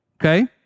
okay